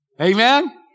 Amen